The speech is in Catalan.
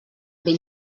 ben